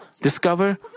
discover